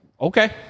okay